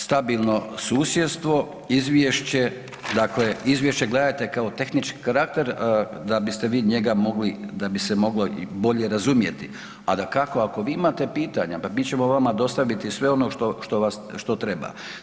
Stabilno susjedstvo, izvješće, dakle izvješće gledajte kao tehnički karakter da biste vi njega mogli, da bi se moglo bolje razumjeti, a dakako ako vi imate pitanja pa mi ćemo vama dostaviti sve ono što vas, što treba.